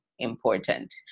important